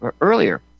earlier